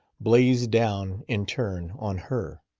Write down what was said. blazed down, in turn, on her.